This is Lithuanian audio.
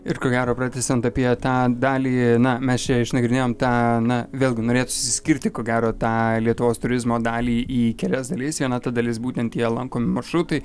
ir ko gero pratęsiant apie tą dalį na mes čia išnagrinėjom tą na vėlgi norėtųsi išskirti ko gero tą lietuvos turizmo dalį į kelias dalis viena ta dalis būtent tie lankomi maršrutai